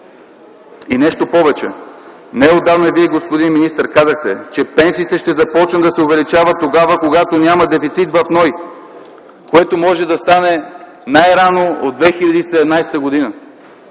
И нещо повече – неотдавна Вие, господин министър казахте, че пенсиите ще започнат да се увеличават тогава, когато няма дефицит в НОИ, което може да стане най-рано от 2017 г.